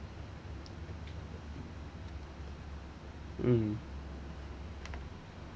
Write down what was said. mm